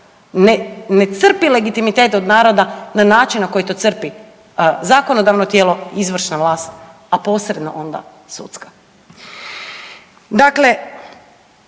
ne crpi legitimitet od naroda na način na koji to crpi, zakonodavno tijelo izvršna vlast, a posebno onda sudska? Dakle,